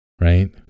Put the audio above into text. Right